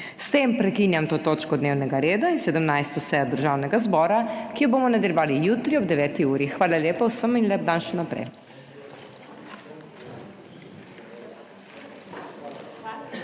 S tem prekinjam to točko dnevnega reda in 17. sejo Državnega zbora, ki jo bomo nadaljevali jutri ob 9. uri. Hvala lepa vsem in lep dan še naprej!